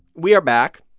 we are back.